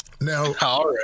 now